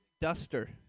duster